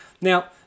Now